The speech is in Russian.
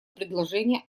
предложение